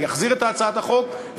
אני אחזיר את הצעת החוק,